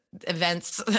events